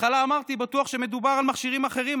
בהתחלה אמרתי: בטוח שמדובר על מכשירים אחרים,